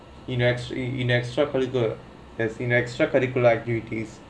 in ex in extra curricular as in extra curricular activities